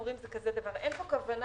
אין פה כוונה